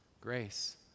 Grace